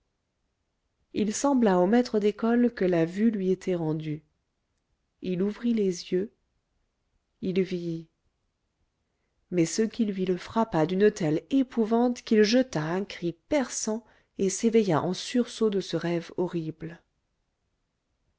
il sembla au maître d'école que la vue lui était rendue il ouvrit les yeux il vit mais ce qu'il vit le frappa d'une telle épouvante qu'il jeta un cri perçant et s'éveilla en sursaut de ce rêve horrible